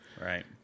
right